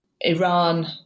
Iran